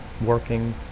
working